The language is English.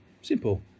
simple